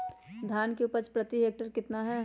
धान की उपज प्रति हेक्टेयर कितना है?